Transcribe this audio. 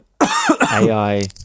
AI